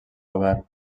obert